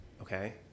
Okay